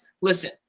listen